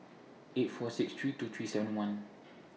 eight four six three two three seven one